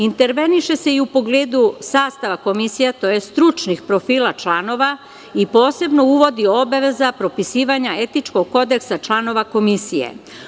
Interveniše se i u pogledu sastava komisija, tj. stručnih profila članova i posebno uvodi obaveza propisivanja etičkog kodeksa članova komisije.